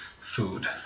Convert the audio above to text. food